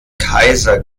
kaiser